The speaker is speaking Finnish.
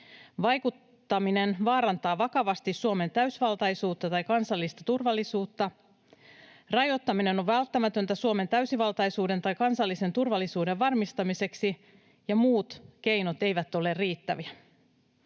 vaikuttaminen vaarantaa vakavasti Suomen täysivaltaisuutta tai kansallista turvallisuutta, rajoittaminen on välttämätöntä Suomen täysivaltaisuuden tai kansallisen turvallisuuden varmistamiseksi ja muut keinot eivät ole riittäviä.